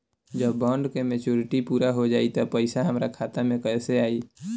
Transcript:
जब बॉन्ड के मेचूरिटि पूरा हो जायी त पईसा हमरा खाता मे कैसे आई?